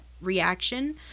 reaction